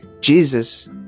Jesus